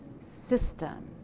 system